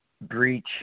breach